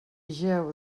jeu